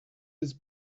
his